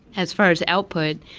as far as output,